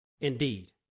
indeed